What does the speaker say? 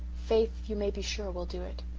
faith, you may be sure, will do it.